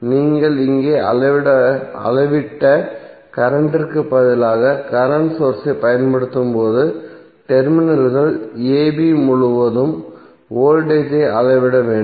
நீங்கள் இங்கே அளவிட்ட கரண்ட்டிற்கு பதிலாக கரண்ட் சோர்ஸ் ஐப் பயன்படுத்தும்போது டெர்மினல்கள் a b முழுவதும் வோல்டேஜ் ஐ அளவிட வேண்டும்